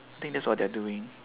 think that's what they're doing